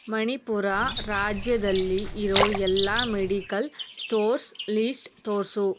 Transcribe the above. ಮಣಿಪುರ ರಾಜ್ಯದಲ್ಲಿ ಇರೋ ಎಲ್ಲ ಮೆಡಿಕಲ್ ಸ್ಟೋರ್ಸ್ ಲಿಸ್ಟ್ ತೋರಿಸು